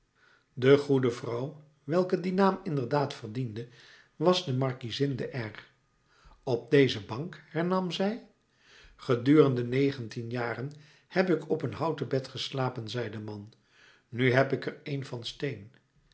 de goede vrouw welke dien naam inderdaad verdiende was de markiezin de r op deze bank hernam zij gedurende negentien jaren heb ik op een houten bed geslapen zei de man nu heb ik er een van steen